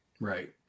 Right